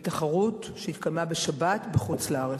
בתחרות שהתקיימה בשבת בחוץ-לארץ.